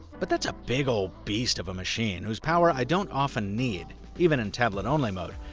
but, that's a big ol' beast of a machine, who's power i don't often need, even in tablet only mode.